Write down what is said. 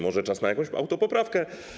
Może czas na jakąś autopoprawkę?